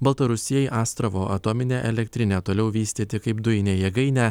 baltarusijai astravo atominę elektrinę toliau vystyti kaip dujinę jėgainę